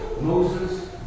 Moses